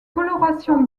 coloration